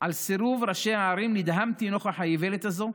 על סירוב ראשי הערים נדהמתי נוכח האיוולת הזאת,